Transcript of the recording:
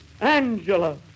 Angela